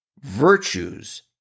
virtues